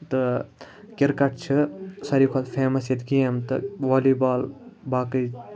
تہٕ کِرکٹ چھُ ساروی کھوتہٕ فیمَس ییٚتہِ کہِ یِم تہِ والی بال یِم تہِ